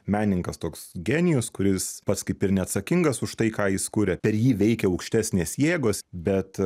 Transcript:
menininkas toks genijus kuris pats kaip ir neatsakingas už tai ką jis kuria per jį veikia aukštesnės jėgos bet